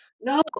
no